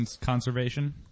conservation